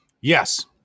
Yes